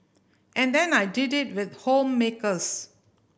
and then I did it with homemakers